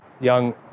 young